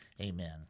Amen